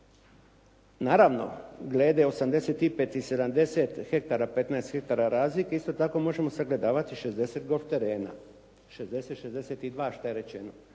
Naravno glede 85 i 70 hektara, 15 hektara razlike, isto tako možemo sagledavati 60 golf terena. 60, 62 što je rečeno.